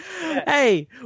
hey